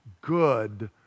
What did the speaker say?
good